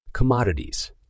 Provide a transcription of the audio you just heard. Commodities